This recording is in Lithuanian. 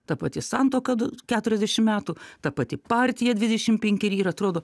ta pati santuoką keturiasdešimt metų ta pati partija dvidešimt penkeri ir atrodo